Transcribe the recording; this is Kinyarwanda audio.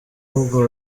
ahubwo